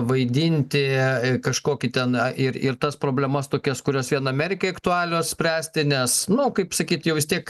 vaidinti kažkokį ten ir ir tas problemas tokias kurios vien amerikai aktualios spręsti nes nu kaip sakyti jau vis tiek